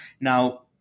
Now